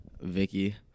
Vicky